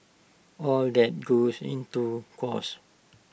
all that goes into cost